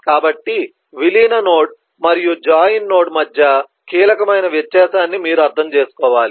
కాబట్టి విలీన నోడ్ మరియు జాయిన్ నోడ్ మధ్య కీలకమైన వ్యత్యాసాన్ని మీరు అర్థం చేసుకోవాలి